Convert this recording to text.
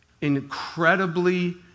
incredibly